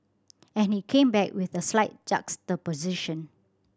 and he came back with a slight juxtaposition